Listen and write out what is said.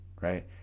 right